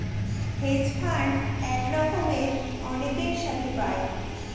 hedge fund এক রকমের অনেকের সাথে পায়